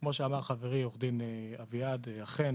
כמו שאמר חברי, עו"ד אביעד, אכן